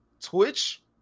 Twitch